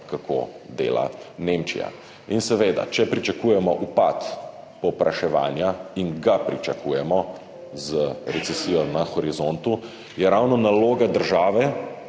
kako dela Nemčija. In seveda, če pričakujemo upad povpraševanja – in ga pričakujemo z recesijo na horizontu – je ravno naloga države,